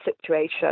situation